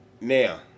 Now